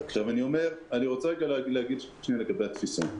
אני רוצה להגיד לגבי התפיסה.